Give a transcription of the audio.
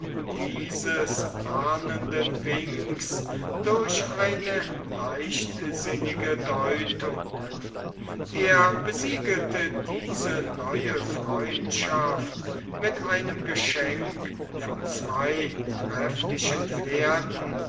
dieses warnenden winks durch eine leichtsinnige deutung er besiegelte diese neue freundschaft mit einem geschenk von zwei trefflichen pferden